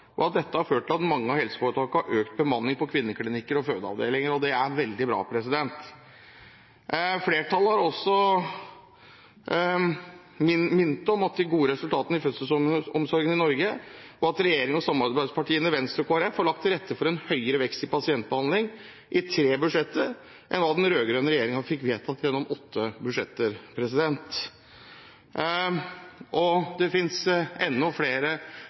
og at dette har ført til at mange av helseforetakene har økt bemanningen på kvinneklinikker og fødeavdelinger. Det er veldig bra. Flertallet har også minnet om de gode resultatene i fødselsomsorgen i Norge, og at regjeringen og samarbeidspartiene Venstre og Kristelig Folkeparti i tre budsjetter har lagt til rette for en høyere vekst i pasientbehandlingen enn det den rød-grønne regjeringen fikk vedtatt gjennom åtte budsjetter. Det finnes enda flere gode eksempler på at man har tatt dette på alvor i helse- og